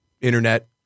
internet